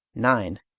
nine.